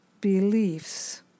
beliefs